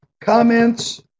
comments